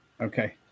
Okay